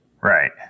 Right